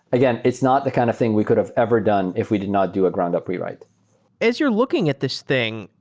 again, it's not the kind of thing we could've ever done if we did not do a ground-up rewrite as you're looking at this thing,